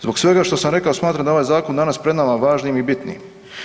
Zbog svega šta sam rekao smatram da ovaj zakon danas pred nama važnim i bitnim.